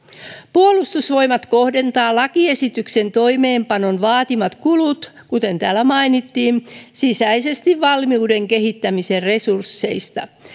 puolustusvoimat kohdentaa lakiesityksen toimeenpanon vaatimat kulut kuten täällä mainittiin sisäisesti valmiuden kehittämisen resursseista